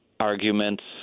arguments